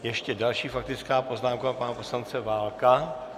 Ještě další faktická poznámka pana poslance Válka.